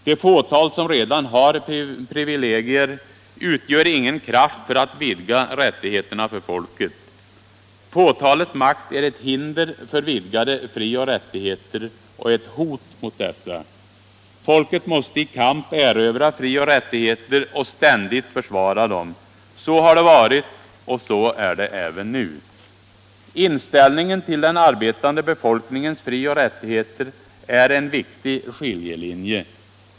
Det fåtal som redan har privilegier utgör ingen kraft för att vidga rättigheterna för folket. Fåtalets makt är ett hinder för vidgade frioch rättigheter och ett hot mot dessa. Folket måste i kamp erövra frioch rättigheter och ständigt försvara dem. Så har det varit och så är det även nu. Inställningen till den arbetande befolkningens frioch rättigheter är en viktig skiljelinje.